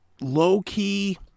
low-key